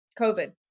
COVID